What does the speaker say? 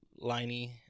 Liney